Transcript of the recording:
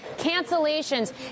cancellations